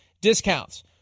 discounts